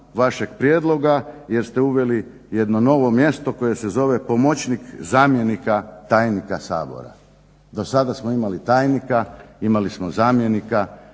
vašeg prijedloga jer ste uveli jedno novo mjesto koje se zove pomoćnik zamjenika tajnika Sabora. Do sada smo imali tajnika, imali smo zamjenika,